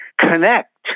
connect